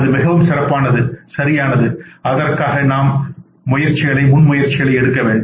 அது மிகவும் சிறப்பானது சரியானது அதற்காக நாம்முன்முயற்சிகளை எடுக்க வேண்டும்